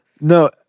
No